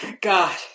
God